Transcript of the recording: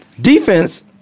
defense